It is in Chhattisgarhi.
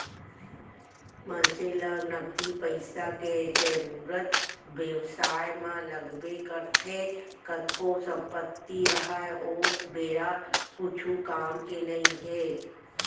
मनसे ल नगदी पइसा के जरुरत बेवसाय म लगबे करथे कतको संपत्ति राहय ओ बेरा कुछु काम के नइ हे